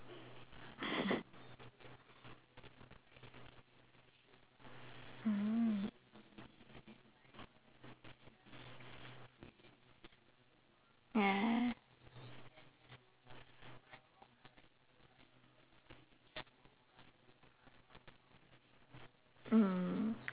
mm ya mm